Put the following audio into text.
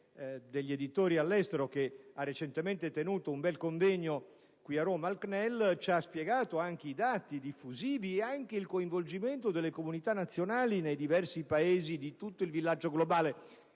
degli editori all'estero, che ha recentemente tenuto un bel convegno qui a Roma, nella sede del CNEL, ci ha spiegato i dati diffusivi e anche il coinvolgimento delle comunità nazionali nei diversi Paesi di tutto il villaggio globale.